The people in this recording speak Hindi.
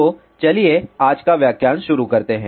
तो चलिए आज का व्याख्यान शुरू करते हैं